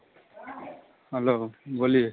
hello बोलिए